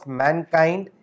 mankind